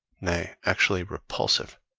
nay, actually repulsive.